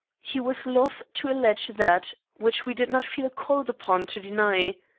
he was loth to allege that which we did not feel called upon to deny.